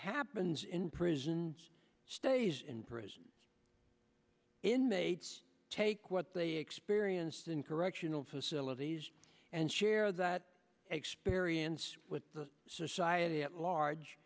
happens in prisons stays in prison inmates take what they experienced in correctional facilities and share that experience with the society at large